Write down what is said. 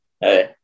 hey